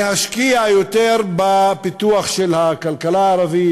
להשקיע יותר בפיתוח של הכלכלה הערבית,